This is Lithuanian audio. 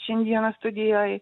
šiandieną studijoj